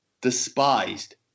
despised